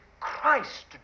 Christ